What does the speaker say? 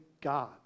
God